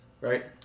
right